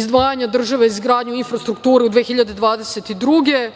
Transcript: izdvajanja države za izgradnju infrastrukture u 2022. godini